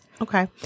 Okay